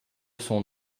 son